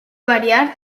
variar